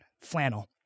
flannel